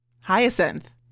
Hyacinth